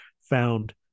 found